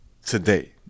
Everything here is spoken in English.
today